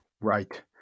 Right